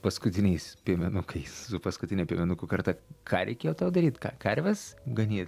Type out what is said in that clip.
paskutiniais piemenukais paskutinė piemenukų karta ką reikėjo tau daryt ką karves ganyt